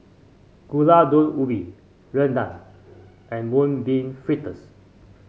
Gulai Daun Ubi Rendang and Mung Bean Fritters